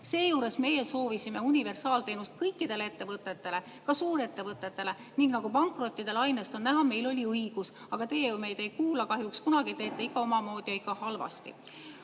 Seejuures meie soovisime universaalteenust kõikidele ettevõtetele, ka suurettevõtetele. Ning nagu pankrottide lainest on näha, meil oli õigus. Aga teie ju meid ei kuula kahjuks kunagi, teete ikka omamoodi ja ikka halvasti.